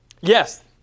Yes